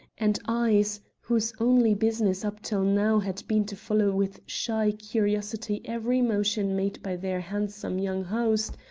and eyes, whose only business up till now had been to follow with shy curiosity every motion made by their handsome young host,